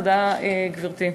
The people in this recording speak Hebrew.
תודה, גברתי.